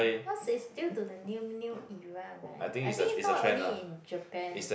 cause is still to the new new era right I think it's not only in Japan